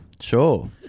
Sure